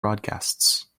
broadcasts